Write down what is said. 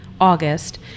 August